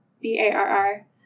B-A-R-R